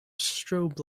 strobe